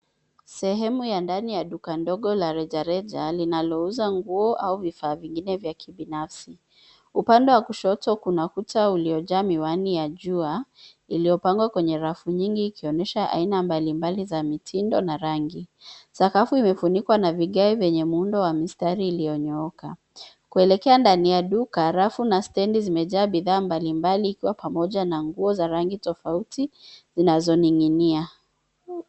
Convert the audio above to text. Sehemu ya ndani ya duka ndogo la reja reja linalouza nguo au vifaa vingine vya kibinafsi. Upande wa kushoto kuna kuta uliojaa miwani ya jua iliyopangwa kwenye rafu nyingi ikionyesha aina mbalimbali za mitindo na rangi. Sakafu imefunikwa na vigae vyenye muundo wa mistari iliyonyooka. Kuelekea ndani ya duka, rafu na stendi zimejaa bidhaa mbalimbali ikiwa ni pamoja nguo za rangi tofauti zinazoning'inia.